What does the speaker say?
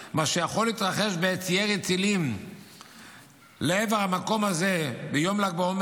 מה שיכול להתרחש בעת ירי טילים לעבר המקום הזה ביום ל"ג בעומר,